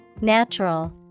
natural